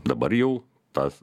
dabar jau tas